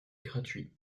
gratuit